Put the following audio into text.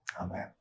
Amen